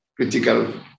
critical